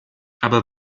aber